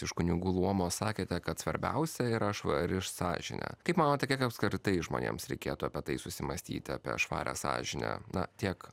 iš kunigų luomo sakėte kad svarbiausia yra švari sąžinė kaip manote kiek apskritai žmonėms reikėtų apie tai susimąstyti apie švarią sąžinę na tiek